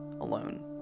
alone